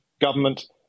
government